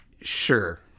Sure